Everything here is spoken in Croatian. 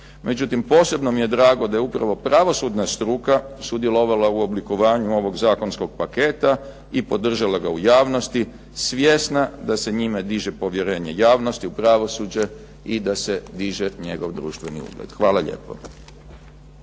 Međutim, posebno mi je drago da je upravo pravosudna struka sudjelovala u oblikovanju ovog zakonskog paketa i podržala ga u javnosti svjesna da se njime diže povjerenje javnosti u pravosuđe i da se diže njegov društveni ugled. Hvala lijepo.